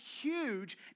huge